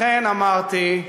לכן אמרתי,